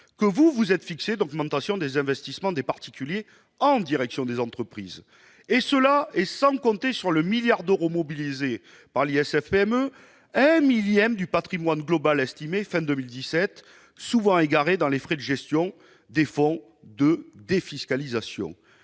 que vous vous êtes fixé d'augmentation des investissements des particuliers en direction des entreprises. Et tout cela sans compter sur le milliard d'euros mobilisé par l'ISF-PME, un millième du patrimoine global estimé fin 2017, souvent égaré dans les frais de gestion des fonds de « défiscalisation